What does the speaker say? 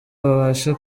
abashe